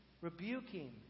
rebuking